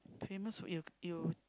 famous food you you